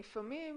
לפעמים